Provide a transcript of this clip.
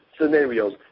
scenarios